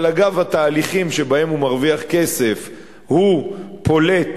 אבל אגב התהליכים שבהם הוא מרוויח כסף הוא פולט,